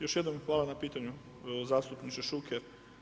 Još jednom hvala na pitanju zastupniče Šuker.